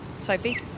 Sophie